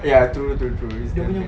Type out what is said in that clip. ya true true true it's